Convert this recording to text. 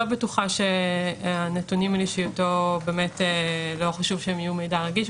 אני לא בטוחה שהנתונים על אישיותו לא חשוב שהם יהיו מידע רגיש,